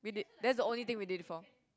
that's the only thing we did before